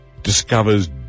discovers